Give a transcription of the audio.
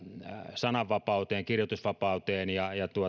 sananvapauteen kirjoitusvapauteen ja ja